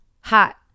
Hot